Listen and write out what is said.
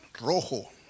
Rojo